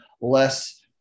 less